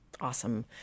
awesome